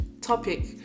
topic